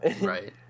Right